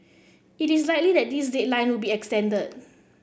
it is likely that this deadline would be extended